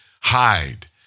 hide